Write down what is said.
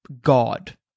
god